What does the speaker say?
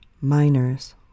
miners